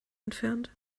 entfernt